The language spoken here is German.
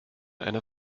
einer